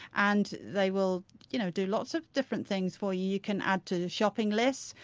and they will you know do lots of different things for you you can add to the shopping list,